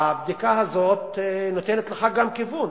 הבדיקה הזאת גם נותנת לך כיוון,